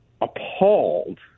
appalled